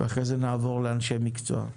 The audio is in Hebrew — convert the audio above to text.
ואחרי זה נעבור לאנשי המקצוע.